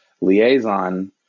liaison